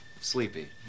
sleepy